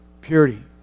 Purity